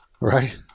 right